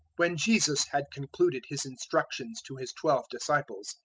when jesus had concluded his instructions to his twelve disciples,